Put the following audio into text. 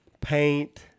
paint